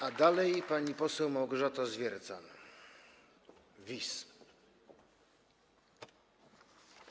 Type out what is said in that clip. A dalej pani poseł Małgorzata Zwiercan, WiS.